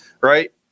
right